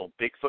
Bigfoot